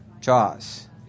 JAWS